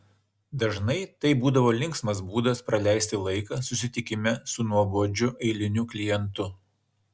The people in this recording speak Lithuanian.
dažnai tai būdavo linksmas būdas praleisti laiką susitikime su nuobodžiu eiliniu klientu